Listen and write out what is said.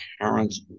parents